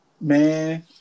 Man